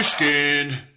Michigan